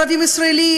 ערבים ישראלים,